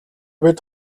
бид